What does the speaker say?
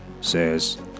says